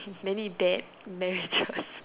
many dad measures